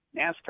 NASCAR